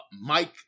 Mike